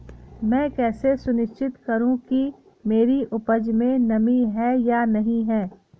मैं कैसे सुनिश्चित करूँ कि मेरी उपज में नमी है या नहीं है?